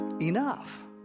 enough